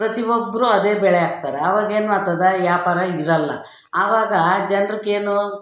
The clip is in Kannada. ಪ್ರತಿ ಒಬ್ಬರೂ ಅದೇ ಬೆಳೆ ಹಾಕ್ತಾರೆ ಆವಾಗ ಏನ್ಮಾಡ್ತದೆ ವ್ಯಾಪಾರ ಇರಲ್ಲ ಆವಾಗ ಜನಕ್ಕೇನೂ